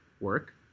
work